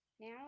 Now